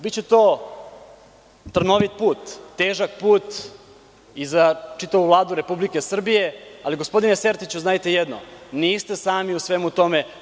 Biće to trnovit, težak put i za čitavu Vladu Republike Srbije, ali gospodine Sertiću, znajte jedno, niste sami u svemu tome.